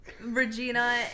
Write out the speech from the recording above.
regina